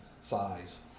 size